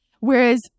Whereas